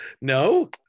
No